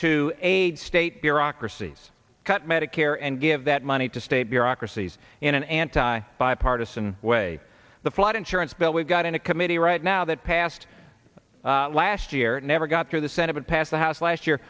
to aid state bureaucracies cut medicare and give that money to state bureaucracies in an anti bipartisan way the flood insurance bill we've got in a committee right now that passed last year it never got through the senate passed the house last year